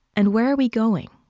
and where are we going?